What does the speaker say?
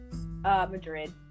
Madrid